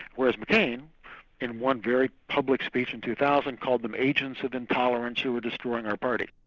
whereas mccain in one very public speech in two thousand called them agents of intolerance who were destroying our party.